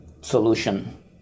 solution